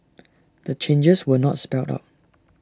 the changes were not spelled out